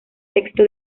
texto